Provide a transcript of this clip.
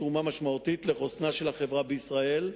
תרומה משמעותית לחוסנה של החברה בישראל.